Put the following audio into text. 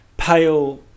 pale